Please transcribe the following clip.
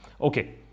Okay